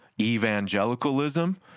evangelicalism